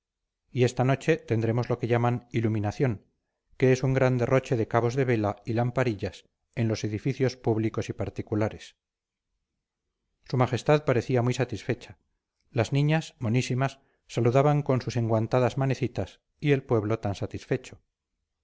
y esta noche tendremos lo que llaman iluminación que es un gran derroche de cabos de vela y lamparillas en los edificios públicos y particulares su majestad parecía muy satisfecha las niñas monísimas saludaban con sus enguantadas manecitas y el pueblo tan satisfecho